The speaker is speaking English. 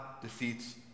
defeats